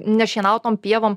nešienautom pievom